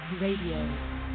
Radio